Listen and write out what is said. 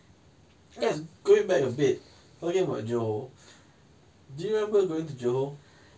just going back a bit talking about johor do you remember going to johor